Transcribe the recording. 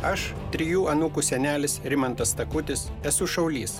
aš trijų anūkų senelis rimantas stakutis esu šaulys